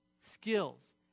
skills